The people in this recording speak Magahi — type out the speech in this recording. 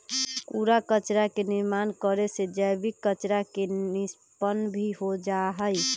कूड़ा कचरा के निर्माण करे से जैविक कचरा के निष्पन्न भी हो जाहई